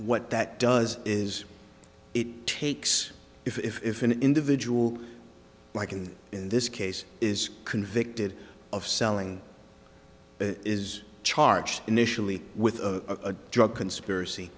what that does is it takes if an individual like and in this case is convicted of selling is charged initially with a drug conspiracy